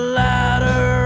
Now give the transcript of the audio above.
ladder